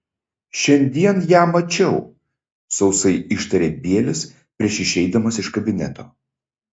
šiandien ją mačiau sausai ištarė bielis prieš išeidamas iš kabineto